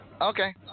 Okay